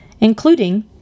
including